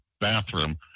bathroom